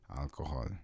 alcohol